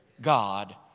God